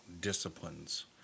disciplines